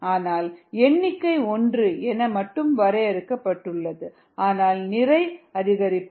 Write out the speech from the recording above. ஆனால் எண்ணிக்கை ஒன்று என மட்டுமே வரையறுக்கப்பட்டுள்ளது ஆனால் நிறை அதிகரிப்புடன்